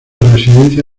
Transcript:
residencia